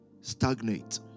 stagnate